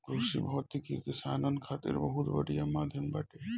कृषि भौतिकी किसानन खातिर बहुत बढ़िया माध्यम बाटे